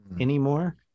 anymore